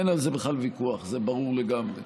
אין על זה בכלל ויכוח, זה ברור לגמרי.